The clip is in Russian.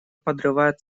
подрывает